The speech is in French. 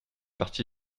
partie